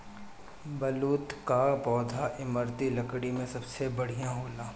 बलूत कअ पौधा इमारती लकड़ी में सबसे बढ़िया होला